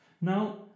Now